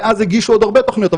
מאז הגישו עוד הרבה תוכניות,